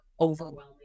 overwhelming